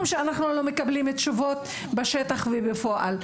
שאנחנו שלא מקבלים תשובות בשטח ובפועל.